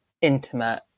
intimate